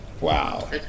wow